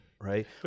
right